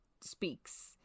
speaks